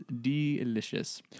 Delicious